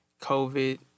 COVID